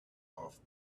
off